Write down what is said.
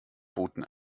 boten